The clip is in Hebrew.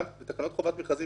ניהול מכרזים